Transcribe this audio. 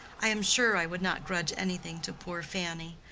i am sure i would not grudge anything to poor fanny.